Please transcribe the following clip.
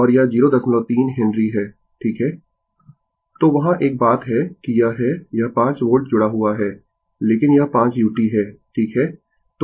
Refer Slide Time 0453 तो वहाँ एक बात है कि यह है यह 5 वोल्ट जुड़ा हुआ है लेकिन यह 5 u है ठीक है